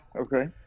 okay